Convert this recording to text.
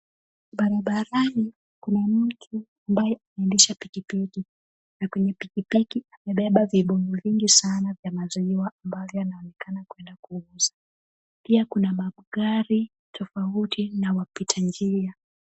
Barabarani kuna mtu ambaye anaendesha pikipiki na kwenye pikipiki amebeba vibuyu vingi sana vya maziwa ambavyo anaonekana kuenda kuuza. Pia kuna magari tofauti na wapita njia.